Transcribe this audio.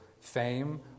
fame